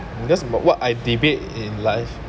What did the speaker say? that's about what I debate in life